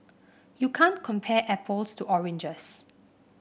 you can't compare apples to oranges